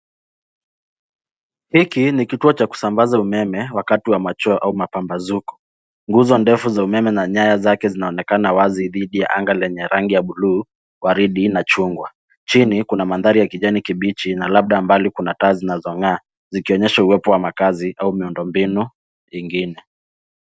Hiki ni kituo cha kusambaza umeme wakati wa machweo au mapambazuko. Nguzo ndefu za umeme na nyaya zake zinaonekana wazi dhidi anga yenye rangi ya bluu, waridi na chungwa. Chini kuna mandhari ya kijani kibichi na labda mbali kuna taa zinazonga'aa zikionyesha uwepo wa makazi au miundombinu ingine.